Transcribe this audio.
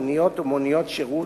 מוניות ומוניות שירות,